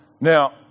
now